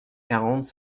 quarante